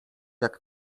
jak